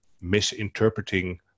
misinterpreting